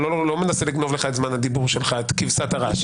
מנסה לגנוב לך את זמן הדיבור שלך, את כבשת הרש.